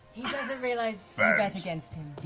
doesn't realize against